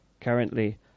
currently